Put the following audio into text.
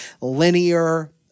linear –